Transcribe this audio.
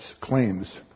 claims